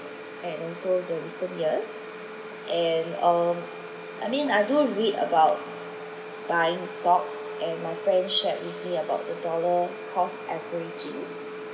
and also the recent years and um I mean I do read about buying stocks and my friend shared with me about the dollar cost averaging